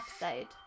episode